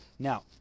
Now